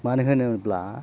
मानो होनोब्ला